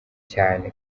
cyane